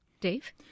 Dave